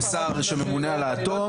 הוא שר שממונה על האטום,